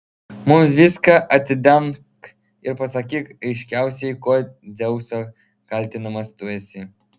mums viską atidenk ir pasakyk aiškiausiai kuo dzeuso kaltinamas tu esi